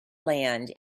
land